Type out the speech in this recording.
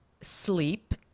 sleep